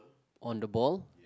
on the ball